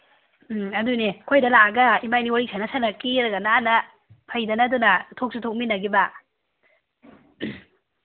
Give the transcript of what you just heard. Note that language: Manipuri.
ꯎꯝ ꯑꯗꯨꯅꯦ ꯑꯩꯈꯣꯏꯗ ꯂꯥꯛꯑꯒ ꯏꯕꯥꯅꯤ ꯋꯥꯔꯤ ꯁꯥꯟꯅ ꯁꯥꯟꯅ ꯀꯦꯔꯒ ꯅꯥꯟꯅ ꯐꯩꯗꯅ ꯑꯗꯨꯅ ꯊꯣꯛꯁꯨ ꯊꯣꯛꯃꯤꯟꯅꯈꯤꯕ